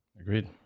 Agreed